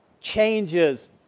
changes